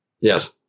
Yes